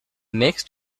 next